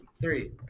Three